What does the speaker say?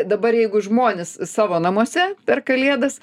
dabar jeigu žmonės savo namuose per kalėdas